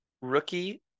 rookie